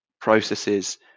processes